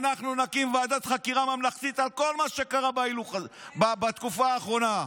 אנחנו נקים ועדת חקירה ממלכתית על כל מה שקרה בתקופה האחרונה.